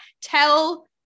tell